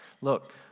Look